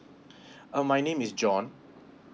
uh my name is john